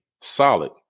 solid